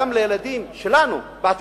גם לילדים שלנו בעתיד,